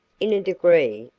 in a degree,